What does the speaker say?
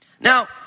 Now